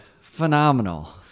phenomenal